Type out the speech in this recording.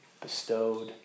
bestowed